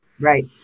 Right